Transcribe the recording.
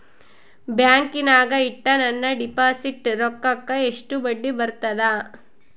ಬ್ಯಾಂಕಿನಾಗ ಇಟ್ಟ ನನ್ನ ಡಿಪಾಸಿಟ್ ರೊಕ್ಕಕ್ಕ ಎಷ್ಟು ಬಡ್ಡಿ ಬರ್ತದ?